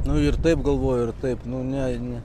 nu ir taip galvoju ir taip nu ne ir ne